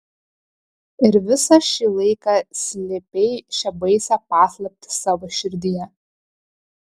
ir visą šį laiką slėpei šią baisią paslaptį savo širdyje